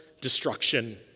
destruction